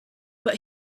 but